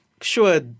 Sure